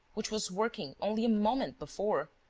which was working only a moment before,